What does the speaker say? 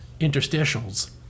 interstitials